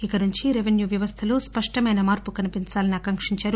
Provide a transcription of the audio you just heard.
ఇక నుంచి రెవెన్యూ వ్యవస్థలో స్పష్టమైన మార్పు కనిపించాలని ఆకాంకించారు